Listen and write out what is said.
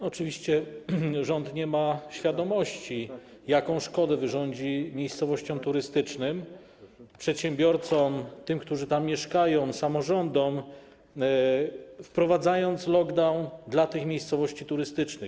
Oczywiście rząd nie ma świadomości, jaką szkodę wyrządzi miejscowościom turystycznym, przedsiębiorcom, tym, którzy tam mieszkają, samorządom, wprowadzając lockdown tych miejscowości turystycznych.